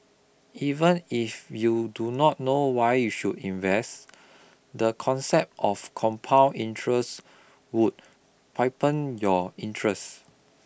even if you do not know why you should invest the concept of compound interest would your interest